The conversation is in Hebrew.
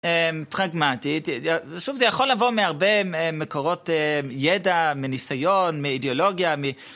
פרגמטית, שוב זה יכול לבוא מהרבה מקורות ידע, מניסיון, מאידאולוגיה